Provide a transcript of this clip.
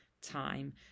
time